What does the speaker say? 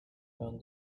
found